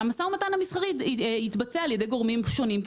שהמשא ומתן המסחרי יתבצע על ידי גורמים שונים,